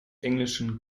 englischen